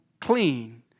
clean